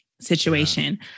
Situation